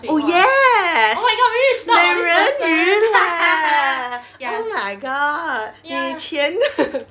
oh yes 美人鱼 leh oh my god 以前的